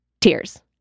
tears